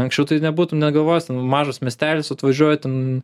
anksčiau tai nebūtum net galvojęs mažas miestelis atvažiuoji ten